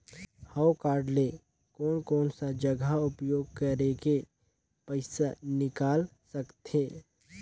हव कारड ले कोन कोन सा जगह उपयोग करेके पइसा निकाल सकथे?